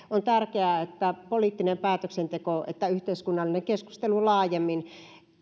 tärkeää että poliittinen päätöksenteko ja yhteiskunnallinen keskustelu laajemmin